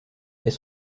est